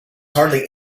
hardly